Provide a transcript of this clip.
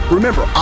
Remember